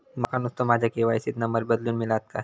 माका नुस्तो माझ्या के.वाय.सी त नंबर बदलून मिलात काय?